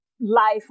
life